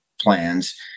plans